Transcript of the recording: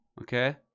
Okay